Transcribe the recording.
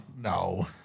No